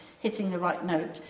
hitting the right note,